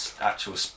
actual